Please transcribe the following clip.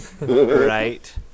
Right